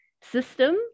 system